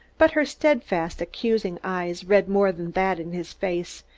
but her steadfast, accusing eyes read more than that in his face,